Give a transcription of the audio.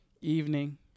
evening